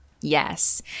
Yes